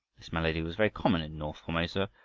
this malady was very common in north formosa,